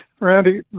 Randy